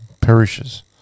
perishes